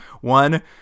one